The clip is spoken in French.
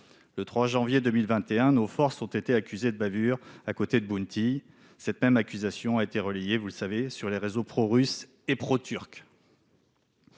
Le 3 janvier 2021, nos forces ont été accusées de bavure à côté de Bounti. Cette même accusation a été relayée sur les réseaux pro-russes et pro-turcs.